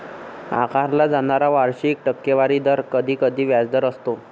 आकारला जाणारा वार्षिक टक्केवारी दर कधीकधी व्याजदर असतो